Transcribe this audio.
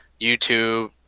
YouTube